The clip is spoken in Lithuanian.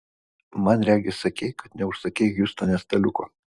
man regis sakei kad neužsakei hjustone staliuko